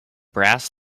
brass